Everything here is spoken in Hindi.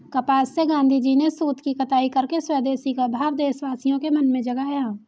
कपास से गाँधीजी ने सूत की कताई करके स्वदेशी का भाव देशवासियों के मन में जगाया